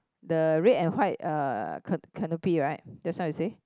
the red and white uh ca~ canopy right just now you say